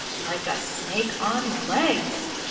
like a snake on legs,